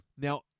Now